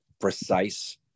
precise